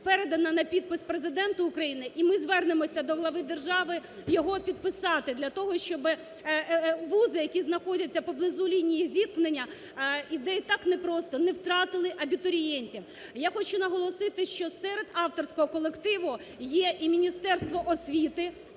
передано на підпис Президенту України. І ми звернемося до глави держави його підписати для того, щоб вузи, які знаходяться поблизу лінії зіткнення, де і так не просто, не втратили абітурієнтів. Я хочу наголосити, що серед авторського колективу є і Міністерство освіти,